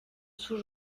sous